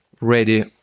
ready